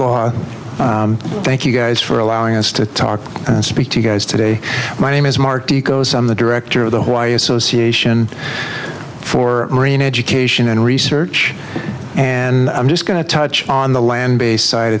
oh thank you guys for allowing us to talk and speak to you guys today my name is mark di goes on the director of the hawaii association for marine education and research and i'm just going to touch on the land based side of